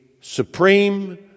supreme